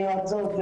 כיועצות,